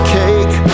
cake